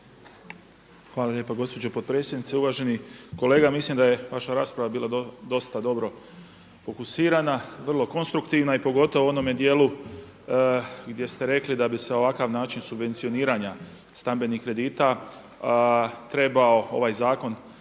Hvala lijepo gospođo potpredsjednice. Uvaženi kolega, mislim da je vaša rasprava bila dosta dobro fokusirana, vrlo konstruktivna i pogotovo u onome dijelu gdje ste rekli da bi se ovakav način subvencioniranja stambenih kredita trebao ovaj zakon